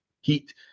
heat